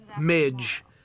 Midge